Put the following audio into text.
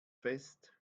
fest